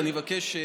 ואני מבקש,